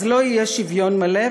לא יהיה שוויון מלא,